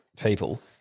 people